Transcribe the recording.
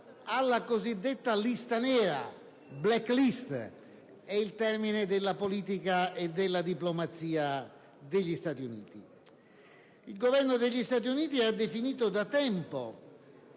alla cosiddetta lista nera: *black list* è il termine utilizzato dalla politica e dalla diplomazia degli Stati Uniti. Il Governo statunitense ha definito da tempo